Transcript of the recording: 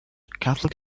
catholic